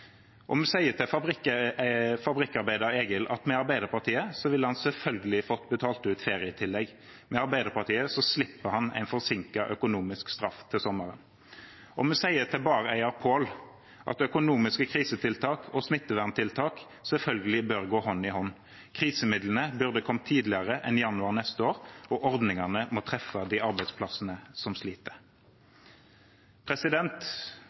sier til fabrikkarbeider Egil at med Arbeiderpartiet ville han selvfølgelig fått utbetalt ferietillegg. Med Arbeiderpartiet slipper han en forsinket økonomisk straff til sommeren. Og vi sier til bareier Pål at økonomiske krisetiltak og smitteverntiltak selvfølgelig bør gå hånd i hånd. Krisemidlene burde kommet tidligere enn januar neste år, og ordningene må treffe de arbeidsplassene som sliter.